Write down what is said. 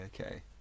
okay